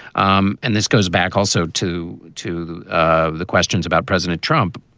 um and this goes back also to to ah the questions about president trump.